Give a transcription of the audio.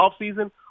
offseason